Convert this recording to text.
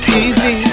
easy